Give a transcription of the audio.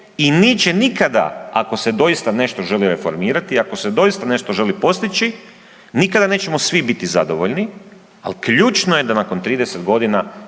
i neće nikada ako se doista želi nešto reformirati i ako se doista želi nešto postići nikada nećemo svi biti zadovoljni, ali ključno je da nakon 30 godina